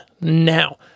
now